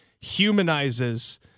humanizes